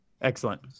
Excellent